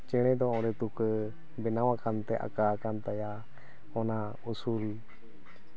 ᱪᱮᱬᱮ ᱫᱚ ᱚᱸᱰᱮ ᱛᱩᱠᱟᱹ ᱵᱮᱱᱟᱣ ᱟᱠᱟᱱᱛᱮ ᱟᱸᱠᱟᱣ ᱟᱠᱟᱱ ᱛᱟᱭᱟ ᱚᱱᱟ ᱩᱥᱩᱞ